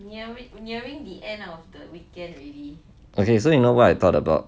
okay so you know what I thought about